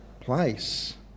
place